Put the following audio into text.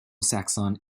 saxon